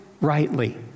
rightly